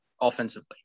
offensively